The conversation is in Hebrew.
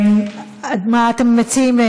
מה אתם מציעים,